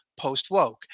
PostWoke